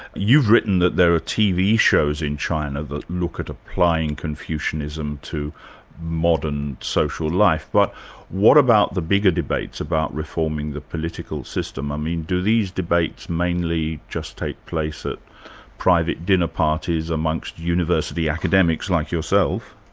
you've written that there are tv shows in china that look at applying confucianism to modern social life, but what about the bigger debates about reforming the political system, i mean do these debates mainly just take place at private dinner parties amongst university academics like yourself?